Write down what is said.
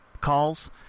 calls